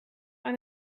aan